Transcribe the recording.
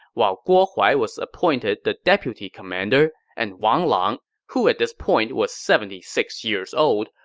while guo huai was appointed the deputy commander and wang lang, who at this point was seventy six years old,